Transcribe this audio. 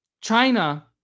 China